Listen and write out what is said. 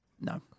No